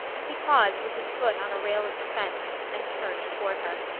he paused with his foot on a rail of the fence, and turned toward her.